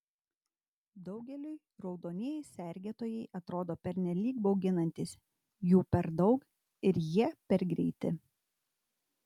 daugeliui raudonieji sergėtojai atrodo pernelyg bauginantys jų per daug ir jie per greiti